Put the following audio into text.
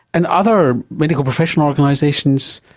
and other medical professional organisations,